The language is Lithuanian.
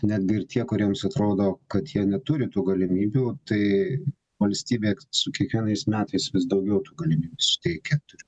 netgi tie kuriems atrodo kad jie neturi tų galimybių tai valstybė su kiekvienais metais vis daugiau galimybių suteikia